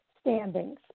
standings